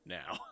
now